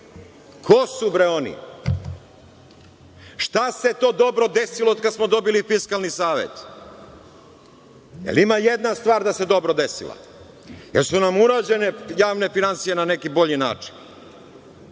su bre oni? Šta se to dobro desilo od kad smo dobili Fiskalni savet? Jel ima jedna stvar da se dobro desila? Jesu li nam urađene javne finansije na neki bolji način?